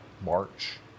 March